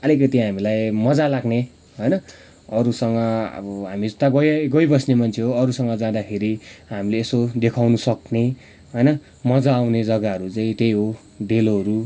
अलिकति हामीलाई मजा लाग्ने होइन अरूसँग अब हामी त गइबस्ने मन्छे हो अरूसँग जाँदाखेरि हामीले यसो देखउनु सक्ने होइन मजा आउने जग्गाहरू चाहिँ त्यही हो डेलोहरू